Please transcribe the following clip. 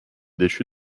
déchu